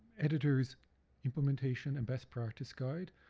editeur's implementation and best practice guide,